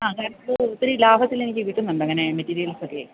ആ അങ്ങനെ ഒത്തിരി ലാഭത്തിൽ എനിക്ക് കിട്ടുന്നുണ്ട് അങ്ങനെ മെറ്റീരിയൽസൊക്കെ